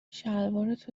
شلوارت